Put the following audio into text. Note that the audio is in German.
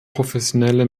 professionelle